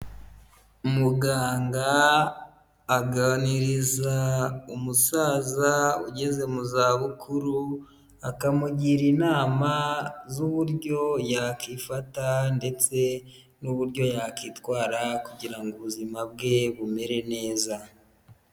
Muganga aganiriza umusaza ugeze mu za bukuru, akamugira inama z'uburyo yakifata ndetse n'uburyo yakitwara kugira ngo ubuzima bwe bumere neza.